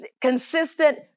consistent